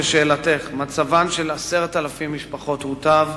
לשאלתך: מצבן של 10,000 משפחות הוטב.